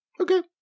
Okay